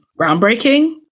groundbreaking